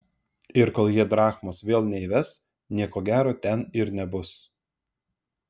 ir kol jie drachmos vėl neįves nieko gero ten ir nebus